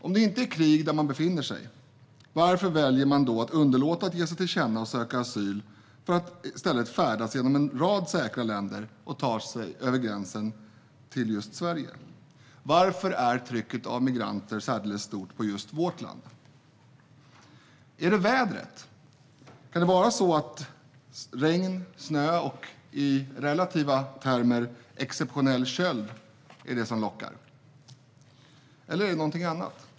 Om det inte är krig där man befinner sig, varför väljer man då att underlåta att ge sig till känna och söka asyl för att i stället färdas genom en rad säkra länder och ta sig över gränsen till just Sverige? Varför är trycket av migranter särdeles stort på just vårt land? Är det vädret - kan det vara regn, snö och, i relativa termer, exceptionell köld som lockar? Eller är det något annat?